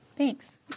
Thanks